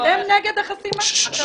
לא נגדך.